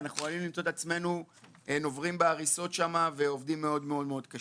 אנחנו עלולים למצוא את עצמנו נוברים בהריסות שם ועובדים מאוד קשה.